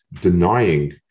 denying